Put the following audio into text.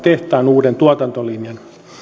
tehtaan uuden tuotantolinjan